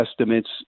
estimates